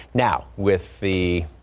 now with the.